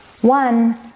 One